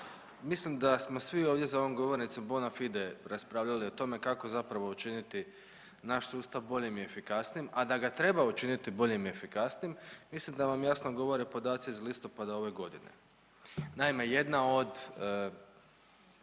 mislim da smo svi ovdje za ovom govornicom bona fide raspravljali o tome kako zapravo učiniti naš sustav boljim i efikasnijim, a da ga treba učiniti boljim i efikasnim mislim da vam jasno govore podaci iz listopada ove godine.